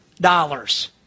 dollars